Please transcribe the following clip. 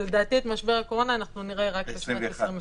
לדעתי, את משבר הקורונה נראה רק ב-2021.